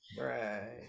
right